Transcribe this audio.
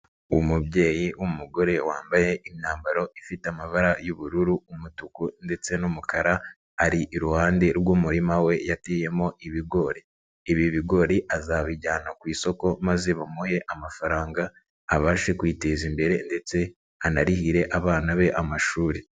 Umubyeyi w'umugore wambaye imyambaro ifite amabara y'ubururu, umutuku ndetse n'umukara, ari iruhande rw'umurima we yateyemo ibigori. Ibi bigori azabijyana ku isoko maze bamuhe amafaranga, abashe kwiteza imbere ndetse anarihire abana be amashuri.